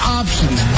options